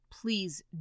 Please